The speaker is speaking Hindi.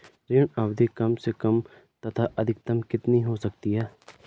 ऋण अवधि कम से कम तथा अधिकतम कितनी हो सकती है?